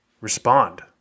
respond